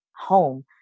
home